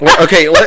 Okay